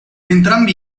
entrambi